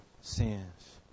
sins